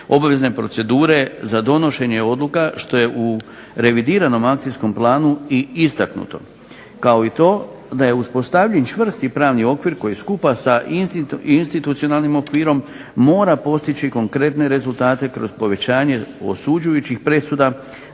obvezne procedure za donošenje odluka što je u revidiranom akcijskom planu i istaknuto, kao i to da je uspostavljen čvrsti pravni okvir koji skupa sa institucionalnim okvirom mora postići konkretne rezultate kroz povećanje osuđujućih presuda